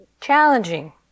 challenging